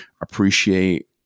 appreciate